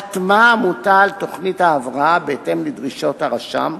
חתמה העמותה על תוכנית ההבראה בהתאם לדרישות הרשם.